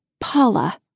Paula